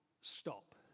stop